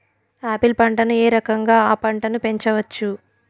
Apple పంటను ఏ రకంగా అ పంట ను పెంచవచ్చు?